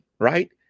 right